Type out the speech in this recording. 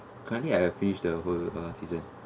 currently I have finish the whole uh season